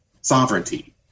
sovereignty